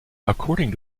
according